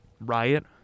riot